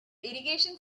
irrigation